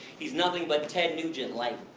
he's nothing but ted nugent-like.